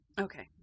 Okay